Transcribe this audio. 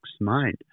Mind